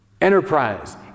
enterprise